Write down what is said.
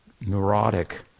neurotic